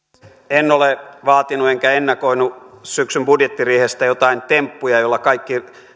en ole vaatinut enkä ennakoinut syksyn budjettiriihestä jotain temppuja joilla kaikki